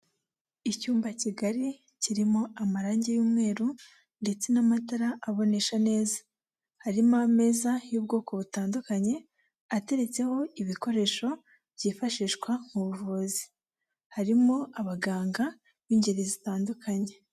Icyumba kigali kirimo amarangi y'umweru ndetse n'amatara abonesha neza. Harimo ameza y'ubwoko butandukanye ateretseho ibikoresho byifashishwa mu buvuzi harimo abaganga b'ingeri zitandukanye.